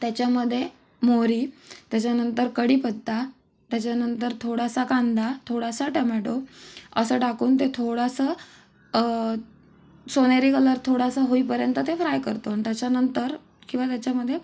त्याच्यामध्ये मोहरी त्याच्यानंतर कढीपत्ता त्याच्यानंतर थोडासा कांदा थोडासा टमॅटो असं टाकून ते थोडंसं सोनेरी कलर थोडासा होईपर्यंत ते फ्राय करतो आणि त्याच्यानंतर किंवा त्याच्यामध्ये